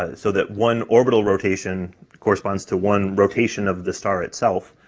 ah so that one orbital rotation corresponds to one rotation of the star itself,